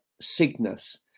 Cygnus